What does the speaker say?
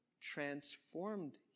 transformed